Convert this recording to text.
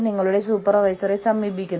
നിങ്ങൾ അവരുടെ ഇ മെയിലുകൾ നിരീക്ഷിക്കുന്നു